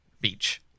beach